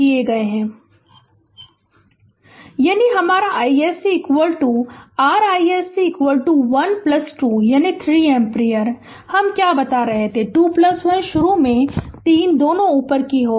Refer Slide Time 1533 यानी हमारा iSC r iSC 12 यानी 3 एम्पीयर हम क्या बता रहे थे कि 21 शुरू में 3 दोनों ऊपर की ओर